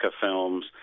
films